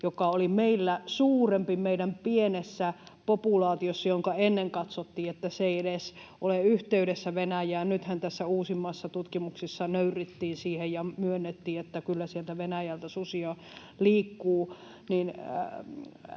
joka oli suurempi meidän pienessä populaatiossa, josta ennen katsottiin, että se ei edes ole yhteydessä Venäjään... Nythän tässä uusimmassa tutkimuksessa nöyrryttiin siihen ja myönnettiin, että kyllä sieltä Venäjältä susia liikkuu.